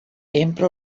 empra